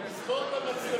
רגע,